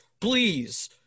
Please